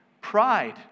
pride